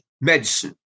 medicine